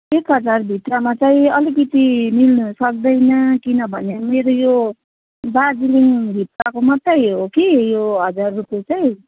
एक हजारभित्रमा चाहिँ अलिकति मिल्नु सक्दैन किनभने मेरो यो दार्जिलिङभित्रको मात्रै हो कि यो हजार रुपियाँ चाहिँ